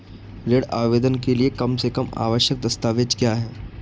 ऋण आवेदन के लिए कम से कम आवश्यक दस्तावेज़ क्या हैं?